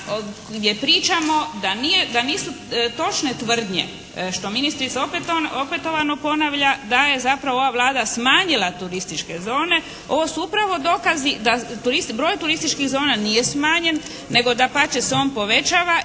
gdje pričamo da nisu točne tvrdnje što ministrica opetovano ponavlja da je zapravo ova Vlada smanjila turističke zone. Ovo su upravo dokazi da broj turističkih zona nije smanjen nego dapače se on povećava i tu je opet